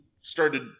started